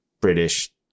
British